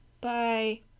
Bye